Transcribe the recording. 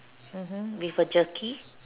mmhmm with a jerky